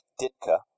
Ditka